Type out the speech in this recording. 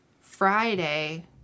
Friday